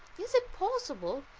is it possible?